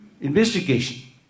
investigation